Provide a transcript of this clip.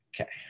Okay